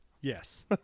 Yes